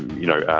you know,